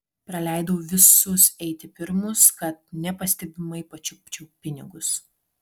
praleidau visus eiti pirmus kad nepastebimai pačiupčiau pinigus